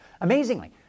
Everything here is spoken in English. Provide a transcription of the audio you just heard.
Amazingly